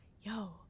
yo